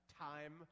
time